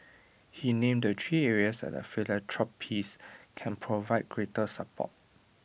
he named the three areas that philanthropists can provide greater support